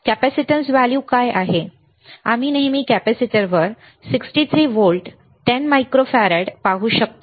capacitance value काय आहे आम्ही नेहमी कॅपेसिटरवर 63 व्होल्ट 10 मायक्रोफॅरड पाहू शकतो